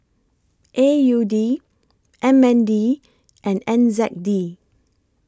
A U D M N D and N Z D